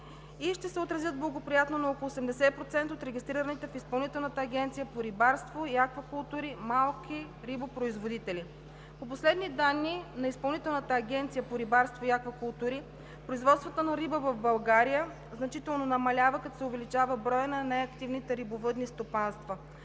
и ще се отразят благоприятно на около 80% от регистрираните в Изпълнителната агенция по рибарство и аквакултури малки рибопроизводители. По последни данни на Изпълнителната агенция по рибарство и аквакултури производството на риба в България значително намалява, като се увеличава броят на неактивните рибовъдни стопанства.